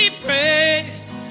Praise